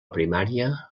primària